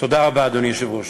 תודה רבה, אדוני היושב-ראש.